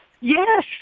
Yes